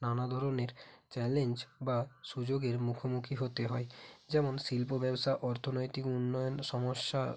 নানা ধরনের চ্যালেঞ্জ বা সুযোগের মুখোমুখি হতে হয় যেমন শিল্প ব্যবসা অর্থনৈতিক উন্নয়ন সমস্যার